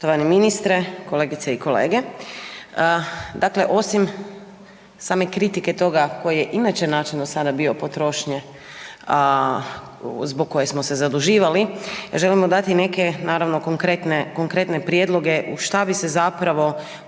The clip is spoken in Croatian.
ministre, kolegice i kolege. Dakle osim same kritike toga koji je inače način do sada bio potrošnje zbog koje smo se zaduživali, želimo dati neke naravno, konkretne prijedloge, u što bi se zapravo